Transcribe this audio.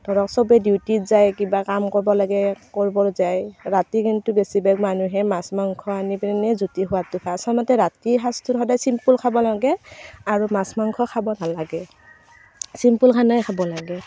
ধৰক চবে ডিউটত যায় কিবা কাম কৰিব লাগে কৰিব যায় ৰাতি কিন্তু বেছিভাগ মানুহে মাছ মাংস আনি পিনি জুতি খোৱাটো খায় আচলতে ৰাতিৰ সাঁজটো সদায় ছিম্পুল খাব লাগে আৰু মাছ মাংস খাব নালাগে ছিম্পুল খানাই খাব লাগে